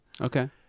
okay